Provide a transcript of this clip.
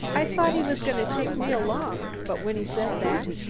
i thought he was goin' to take me along, but when he said that,